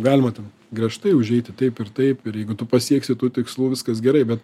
galima ten griežtai užeiti taip ir taip ir jeigu tu pasieksi tų tikslų viskas gerai bet